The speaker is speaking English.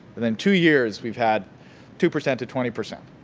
within two years we've had two percent to twenty percent.